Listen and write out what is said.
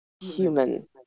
Human